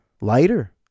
lighter